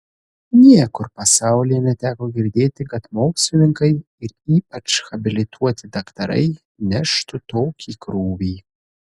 niekur pasaulyje neteko girdėti kad mokslininkai ir ypač habilituoti daktarai neštų tokį krūvį